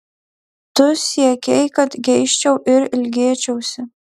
tu siekei kad geisčiau ir ilgėčiausi